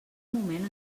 moment